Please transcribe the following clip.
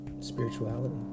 spirituality